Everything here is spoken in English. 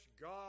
God